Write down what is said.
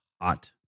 hot